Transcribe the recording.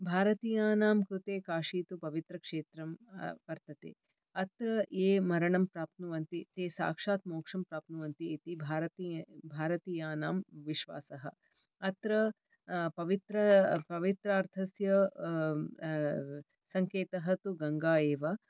भारतीयानां कृते काशी तु पवित्रक्षेत्रं वर्तते अत्र ये मरणं प्राप्नुवन्ति ते साक्षात् मोक्षं प्राप्नुवन्ति इति भारती भारतीयानां विश्वासः अत्र पवित्र पवित्रार्थस्य संकेतः तु गङ्गा एव